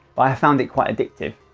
but i have found it quite addictive.